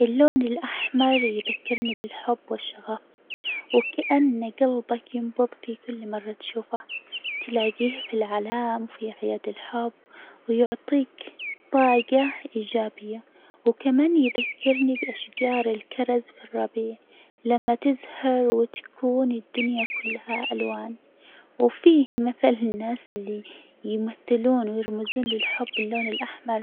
اللون الأحمر يذكرني بالحب والشغف وكأن جلبك ينبض في كل مرة تشوفه، تلاجيه في الأعلام، وفي أعياد الحب، ويعطيك طاجة إيجابية، وكمان يذكرني بأشجار الكرز في الربيع لما تزهر وتكون الدنيا كلها ألوان، وفيه مثل الناس اللي يمثلون ويرمزون للحب باللون الأحمر.